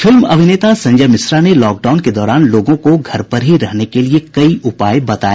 film अभिनेता संजय मिश्रा ने lockdown के दौरान लोगों को घर पर ही रहने के लिए कई उपाय बताए